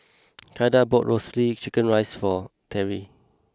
Kylah bought Roasted Chicken Rice for Terrie